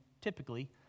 typically